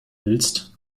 willst